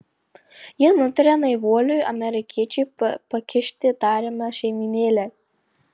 ji nutaria naivuoliui amerikiečiui pakišti tariamą šeimynėlę